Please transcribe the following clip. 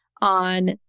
on